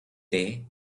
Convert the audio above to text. there